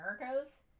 Americas